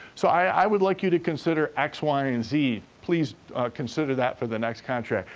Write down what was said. so i would like you to consider x, y, and z. please consider that for the next contract.